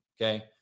okay